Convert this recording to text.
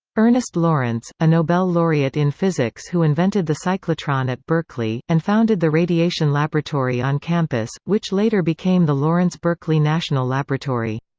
ernest lawrence, a nobel laureate in physics who invented the cyclotron at berkeley, and founded the radiation laboratory on campus, which later became the lawrence berkeley national laboratory.